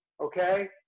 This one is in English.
okay